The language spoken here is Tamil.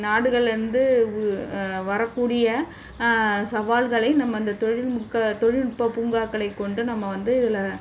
நாடுகளில் இருந்து வரக்கூடிய சவால்களை நம்ம இந்த தொழில் தொழில்நுட்ப பூங்காக்களை கொண்டு நம்ம வந்து இதில்